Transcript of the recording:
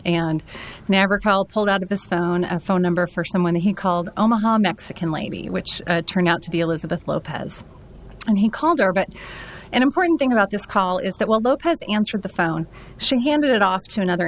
and never call pulled out of this a phone number for someone he called omaha mexican lady which turned out to be elizabeth lopez and he called our but an important thing about this call is that well look at answered the phone she handed it off to another